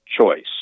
choice